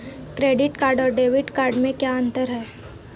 Credit card और debit card में क्या अंतर है?